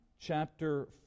chapter